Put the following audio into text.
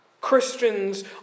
Christians